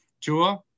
Tua